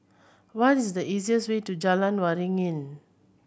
what is the easiest way to Jalan Waringin